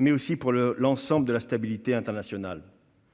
ainsi que pour l'ensemble de la stabilité internationale.